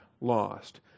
lost